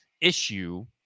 issue